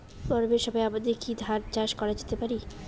গরমের সময় আমাদের কি ধান চাষ করা যেতে পারি?